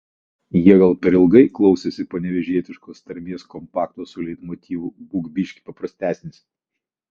jie gal per ilgai klausėsi panevėžietiškos tarmės kompakto su leitmotyvu būk biškį paprastesnis